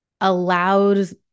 allows